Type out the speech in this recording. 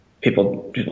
people